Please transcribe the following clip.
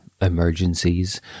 emergencies